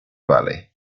valley